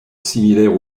similaire